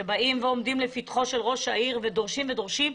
שעומדים לפתחו של ראש העיר ודורשים ודורשים,